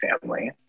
family